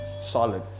solid